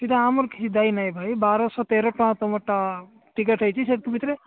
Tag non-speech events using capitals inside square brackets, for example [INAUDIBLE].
ସେଇଟା ଆମର କିଛି ଦାୟୀ ନାହିଁ ଭାଇ ବାରଶହ ତେର ଟଙ୍କା ତୁମ ଟିକେଟ ହୋଇଛି [UNINTELLIGIBLE] ଭିତରେ